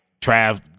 trav